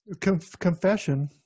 Confession